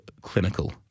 clinical